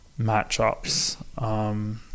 matchups